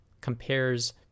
compares